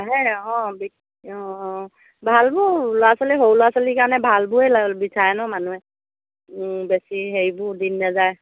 হে অঁ অঁ অঁ ভালবোৰ ল'ৰা ছোৱালী সৰু ল'ৰা ছোৱালীৰ কাৰণে ভালবোৰেই বিচাৰে ন মানুহে বেছি হেৰিবোৰ দিন নাযায়